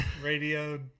Radio